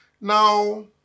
Now